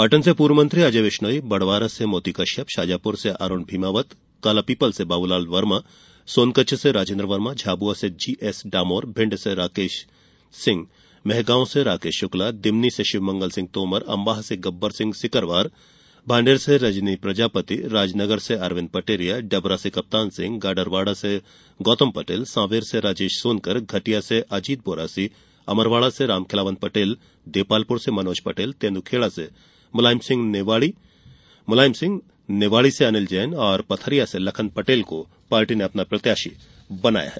पाटन से पूर्व मंत्री अजय विश्नोई बडवारा से मोती कश्यप शाजापुर से अरुण भीमावत कालापीपल से बाबुलाल वर्मा सोनकच्छ से राजेन्द्र वर्मा झाबुआ से जी एस डामोर भिण्ड से चौधरी राकेश सिंह मेंहगांव से राकेश शुक्ला दिमनी से शिवमंगल सिंह तोमर अम्बाह से गब्बरसिंह सिकरवार भाण्डेर से रजनी प्रजापति राजनगर से अरविन्द पटेरिया डबरा से कप्तान सिंह गाडरवाड़ा से गौतम पटेल सांवेर से राजेश सोनकर घटिटया से अजीत बोरासी अमरवाड़ा से रामखिलावन पटेल देपालपुर से मनोज पटेल तेंद्खेड़ा से मुलायम सिंह निवाड़ी से अनिल जैन और पथरिया से लखन पटेल को प्रत्याशी बनाया गया है